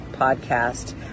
podcast